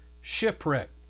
shipwreck